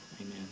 Amen